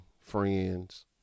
friends